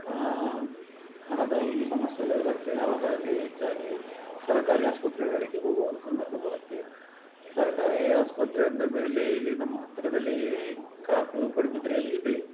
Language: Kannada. ಹಣದ ಒಂದು ಸಮಸ್ಯೆ ಎಲ್ಲ ಇರುತ್ತೆ ಅವಗಾಗಿ ಹೆಚ್ಚಾಗಿ ಸರ್ಕಾರಿ ಆಸ್ಪತ್ರೆಗಳಿಗೆ ಹೋಗುವ ಒಂದು ಸಂದರ್ಭ ಬರುತ್ತೆ ಸರ್ಕಾರಿ ಆಸ್ಪತ್ರೆ ಅಂದ ಮೇಲೆ ಇಲ್ಲಿ ನಮ್ಮ ಹತ್ತಿರದಲ್ಲಿ ಕಾಪು ಪಡುಬಿದರಿಯಲ್ಲಿ ಇದೆ